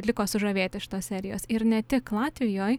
liko sužavėti šitos serijos ir ne tik latvijoj